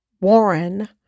Warren